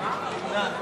סיעת